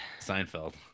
Seinfeld